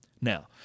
Now